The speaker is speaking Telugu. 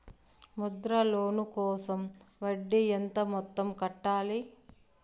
ముద్ర లోను కోసం వడ్డీ ఎంత మొత్తం కట్టాలి